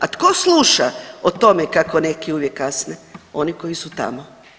A tko sluša o tome kako neki uvijek kasne, oni koji su tamo.